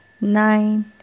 nine